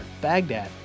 Baghdad